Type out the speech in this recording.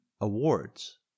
awards